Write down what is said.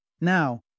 Now